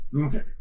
Okay